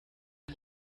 mit